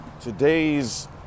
today's